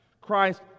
Christ